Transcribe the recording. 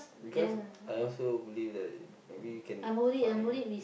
because I also believe that maybe you can find